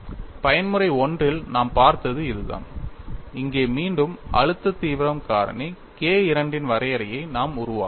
பயன்முறை - I யில் நாம் பார்த்தது இதுதான் இங்கே மீண்டும் அழுத்த தீவிரம் காரணி K II இன் வரையறையை நாம் உருவாக்குவோம்